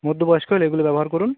মধ্য বয়স্ক হলে এগুলো ব্যবহার করুন